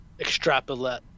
extrapolate